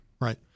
Right